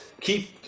keep